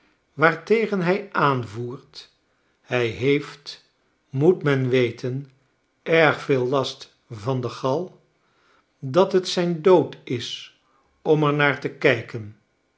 waartegen hij aanvoert hy heeft moet men weten erg veel last van de gal dat het zijn dood is om er naar te kijken